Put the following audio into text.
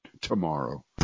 tomorrow